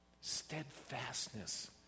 Steadfastness